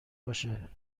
باشه